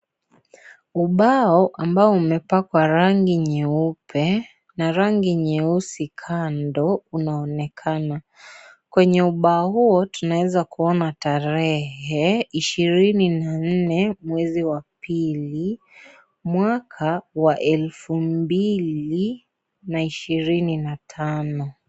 Ubao ambao umepakwa rangi nyeupe na rangi nyeusi kando unonekana, kwenye ubao huo tunaweza kuona tarehe ishirini na nne mwezi wa pili mwaka wa elfu mbili na ishirini na tano.